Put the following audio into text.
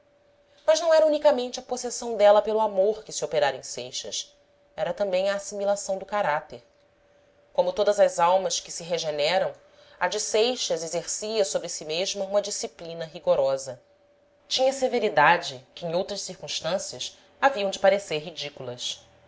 mas não era unicamente a possessão dela pelo amor que se operara em seixas era também a assimilação do caráter como todas as almas que se regeneram a de seixas exercia sobre si mesma uma disciplina rigorosa tinha severidade que em outras circunstâncias haviam de parecer ridículas